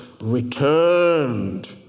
returned